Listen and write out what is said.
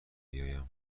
بیایم